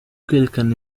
kwerekana